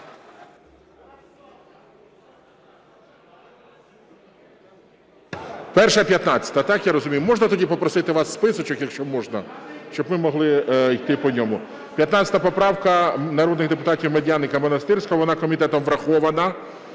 1-а і 15-а, так я розумію? Можна тоді попросити у вас списочок, якщо можна, щоб ми могли йти по ньому? 15 поправка народних депутатів Медяника, Монастирського. Вона комітетом врахована.